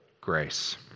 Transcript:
grace